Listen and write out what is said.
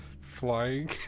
flying